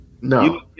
No